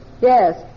Yes